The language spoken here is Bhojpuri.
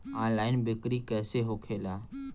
ऑनलाइन बिक्री कैसे होखेला?